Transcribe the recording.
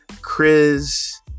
Chris